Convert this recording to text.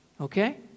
Okay